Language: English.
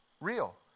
real